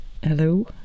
hello